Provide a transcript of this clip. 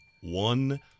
One